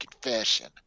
confession